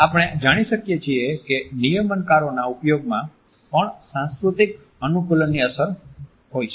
આપણે જાણી શકીએ છીએ કે નિયમનકારોના ઉપયોગમાં પણ સાંસ્કૃતિક અનુકૂલનની અસર હોય છે